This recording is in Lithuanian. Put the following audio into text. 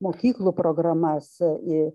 mokyklų programas į